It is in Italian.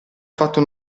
fatto